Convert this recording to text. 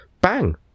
bang